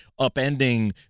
upending